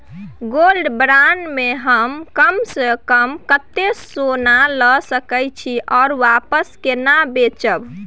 Gold bond म हम कम स कम कत्ते सोना ल सके छिए आ वापस केना बेचब?